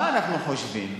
מה אנחנו חושבים?